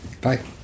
bye